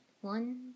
One